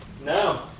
No